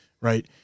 Right